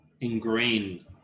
ingrained